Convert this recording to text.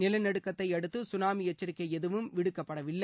நிலநடுக்கத்தை அடுத்து சுனாமி எச்சரிக்கை எதுவும் விடுக்கப்படவில்லை